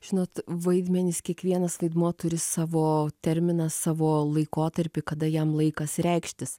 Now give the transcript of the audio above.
žinot vaidmenis kiekvienas vaidmuo turi savo terminą savo laikotarpį kada jam laikas reikštis